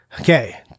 Okay